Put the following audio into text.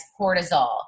cortisol